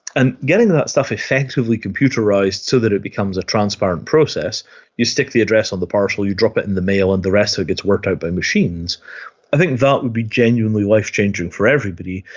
and getting that stuff effectively computerised so that it becomes a transparent process you stick the address on the parcel, you drop it in the mail and the rest of it gets worked out by machines i think that will be genuinely life changing for everybody,